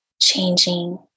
changing